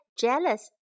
jealous